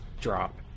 drop